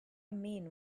mean